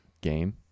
game